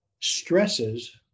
stresses